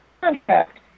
contract